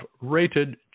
rated